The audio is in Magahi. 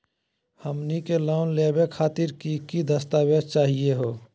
हमनी के लोन लेवे खातीर की की दस्तावेज चाहीयो हो?